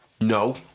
No